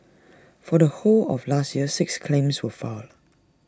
for the whole of last year six claims were filed